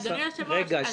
אדוני היושב ראש, אז